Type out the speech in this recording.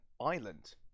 island